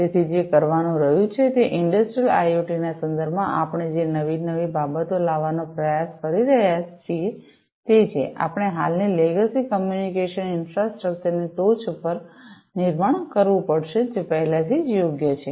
તેથી જે કરવાનું રહ્યું છે તે ઇંડસ્ટ્રિયલઆઇઓટી ના સંદર્ભમાં આપણે જે નવી નવી બાબતો લાવવાનો પ્રયાસ કરી રહ્યા છીએ તે છે આપણે હાલની લેગસી કમ્યુનિકેશન ઈન્ફ્રાસ્ટ્રક્ચર ની ટોચ પર નિર્માણ કરવું પડશે જે પહેલાથી જ યોગ્ય છે